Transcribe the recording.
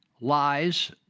lies